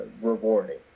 rewarding